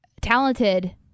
talented